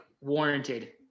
warranted